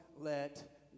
let